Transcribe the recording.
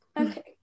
Okay